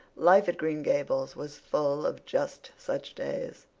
life at green gables was full of just such days,